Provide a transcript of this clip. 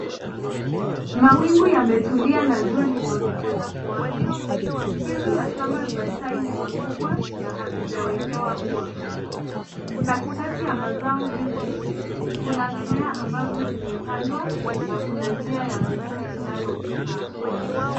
Mawingu yametulia na jua linaonekana kuwaka. Hizi mashamba za chai ni makubwa na havijawekewa ua. Katikati ya mazao hizi, kuna mimea ambazo zimepandwa na kuna njia ya miguu inayo pita hapo.